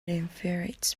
infuriates